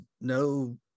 no